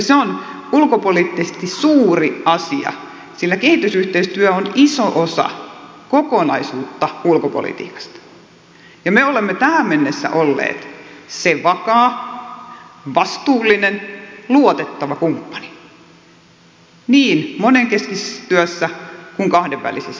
se on ulkopoliittisesti suuri asia sillä kehitysyhteistyö on iso osa kokonaisuutta ulkopolitiikasta ja me olemme tähän mennessä olleet se vakaa vastuullinen luotettava kumppani niin monenkeskisessä työssä kuin kahdenvälisessä työssä